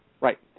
Right